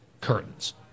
curtains